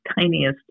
tiniest